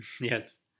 Yes